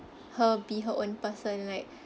her be her own person like